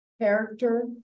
character